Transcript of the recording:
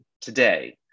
today